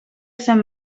sant